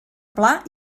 pla